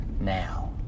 Now